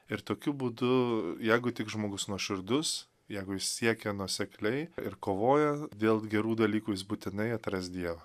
ir tokiu būdu jeigu tik žmogus nuoširdus jeigu jis siekia nuosekliai ir kovojo dėl gerų dalykų jis būtinai atras dievą